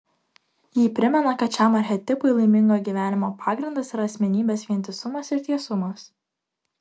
ji primena kad šiam archetipui laimingo gyvenimo pagrindas yra asmenybės vientisumas ir tiesumas